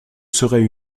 serait